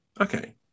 Okay